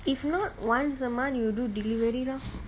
if not once a month you do delivery lor